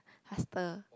faster